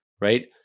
Right